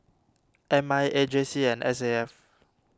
M I A J C and S A F